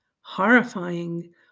horrifying